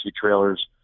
trailers